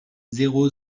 zéro